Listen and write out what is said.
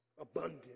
abundant